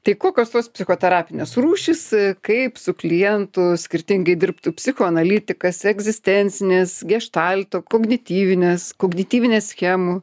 tai kokios tos psichoterapinės rūšys i kaip su klientu skirtingai dirbtų psichoanalitikas egzistencinės geštalto kognityvinės kognityvinės schemų